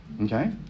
Okay